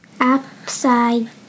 Upside